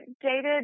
dated